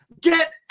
get